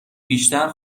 بیشتر